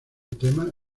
tema